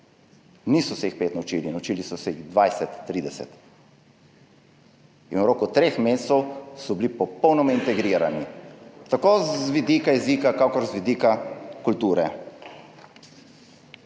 Niso se jih pet naučili, naučili so se jih 20, 30. In v roku treh mesecev so bili popolnoma integrirani tako z vidika jezika kakor z vidika kulture.